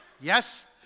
Yes